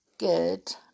Good